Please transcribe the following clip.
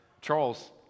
Charles